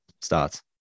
starts